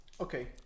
Okay